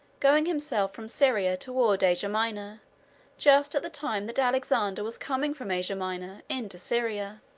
going himself from syria toward asia minor just at the time that alexander was coming from asia minor into syria.